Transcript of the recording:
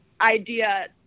idea